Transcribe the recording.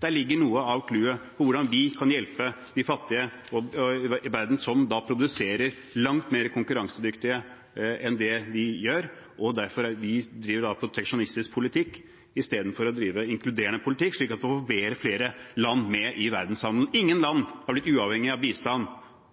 Der ligger noe av «cluet» for hvordan vi kan hjelpe de fattige i verden som produserer langt mer konkurransedyktig enn det vi gjør. Det er derfor vi driver proteksjonistisk politikk i stedet for å drive inkluderende politikk og slik få flere land med i verdenshandelen. Ingen land har blitt uavhengig av bistand